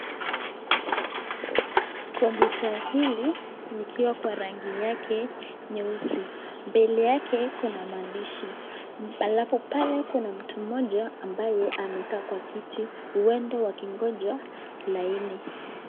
Computer hili likiwa kwa rangi yake nyeusi, mbele yake kuna maandishi alafu pale kuna mtu mmoja ambaye amekaa kwa kiti, huenda wakingoja laini.